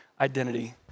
identity